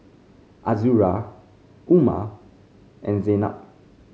Azura Umar and Zaynab